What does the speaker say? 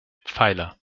pfeiler